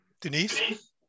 Denise